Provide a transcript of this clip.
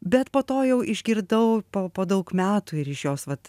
bet po to jau išgirdau po po daug metų ir iš jos vat